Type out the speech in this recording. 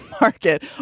market